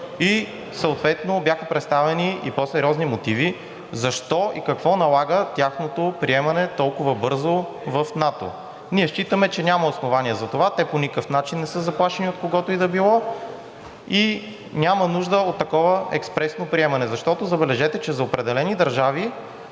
и съответно бяха представени и по-сериозни мотиви защо и какво налага тяхното приемане толкова бързо в НАТО. Ние считаме, че няма основание за това, те по никакъв начин не са заплашени от когото и да е било и няма нужда от такова експресно приемане, защото, забележете, че за определени държави